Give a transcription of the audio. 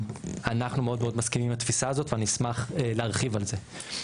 אנחנו מאוד מאוד מסכימים עם התפיסה הזאת ואני אשמח להרחיב על זה.